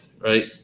right